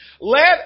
let